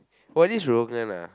or at least Rogan ah